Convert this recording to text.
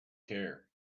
care